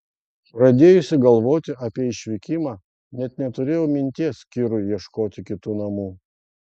pradėjusi galvoti apie išvykimą net neturėjau minties kirui ieškoti kitų namų